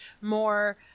more